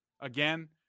Again